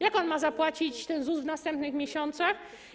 Jak on ma zapłacić ten ZUS w następnych miesiącach?